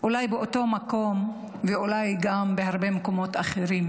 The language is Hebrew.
אולי באותו מקום ואולי גם בהרבה מקומות אחרים.